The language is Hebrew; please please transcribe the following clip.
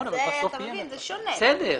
אתה מבין שזה שונה.